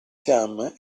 fiamme